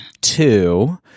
Two